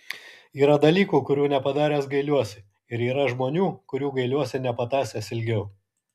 yra dalykų kurių nepadaręs gailiuosi ir yra žmonių kurių gailiuosi nepatąsęs ilgiau